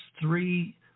three